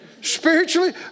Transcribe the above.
spiritually